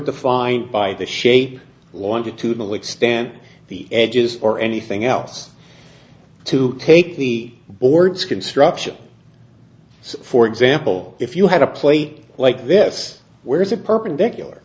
defined by the shape long due to the extent the edges or anything else to take the boards construction for example if you had a plate like this where is a perpendicular